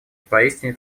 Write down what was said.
поистине